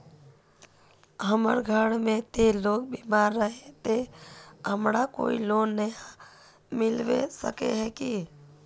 हमर घर में ते लोग बीमार है ते हमरा कोई लोन नय मिलबे सके है की?